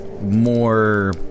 more